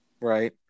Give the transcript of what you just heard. Right